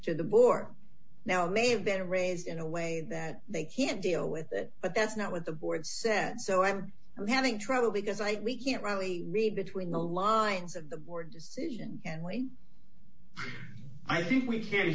to the bork now it may have been raised in a way that they can't deal with it but that's not what the board said so i'm having trouble because i can't really read between the lines at the board and way i think we can